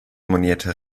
monierte